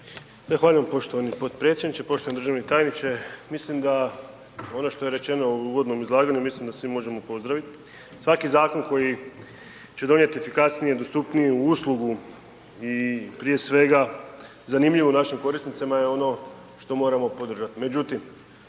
Zahvaljujem poštovani podpredsjedniče, poštovani državni tajniče, mislim da ono što je rečeno u uvodnom izlaganju mislim da svi možemo pozdravit, svaki zakon koji će donijet efikasniju, dostupniju uslugu i prije svega zanimljivo našim korisnicima je ono što moramo podržati.